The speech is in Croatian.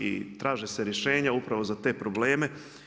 I traže se rješenje upravo za te probleme.